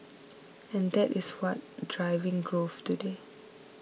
and that is what driving growth today